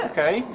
Okay